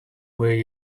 way